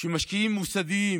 שמשקיעים מוסדיים